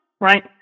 right